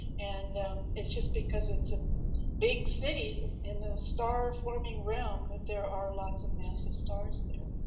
and it's just because it's a big city in the star forming realm that there are lots of massive stars there.